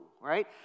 right